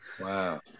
Wow